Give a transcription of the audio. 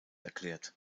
erklärt